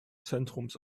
zentrums